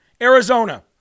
Arizona